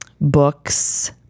books